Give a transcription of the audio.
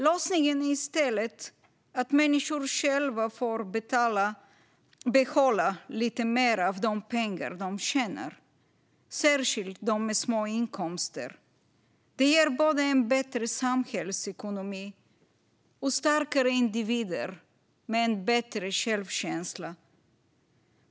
Lösningen är i stället att människor själva får behålla lite mer av de pengar de tjänar, särskilt de med små inkomster. Det ger både en bättre samhällsekonomi och starkare individer med en bättre självkänsla.